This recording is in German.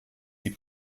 die